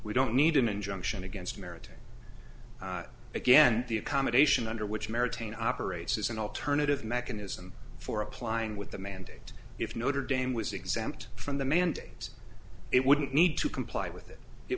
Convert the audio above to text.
we don't need an injunction against merit again the accommodation under which merit tain operates is an alternative mechanism for applying with the mandate if notre dame was exempt from the mandates it wouldn't need to comply with it it